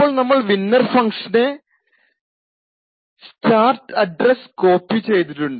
അപ്പോൾ നമ്മൾ വിന്നെർ ഫങ്ക്ഷന്റെ സ്റ്റാർട്ട് അഡ്രസ്സ് കോപ്പി ചെയ്തിട്ടുണ്ട്